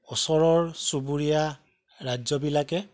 ওচৰৰ চুবুৰীয়া ৰাজ্যবিলাকে